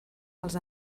els